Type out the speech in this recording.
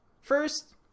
First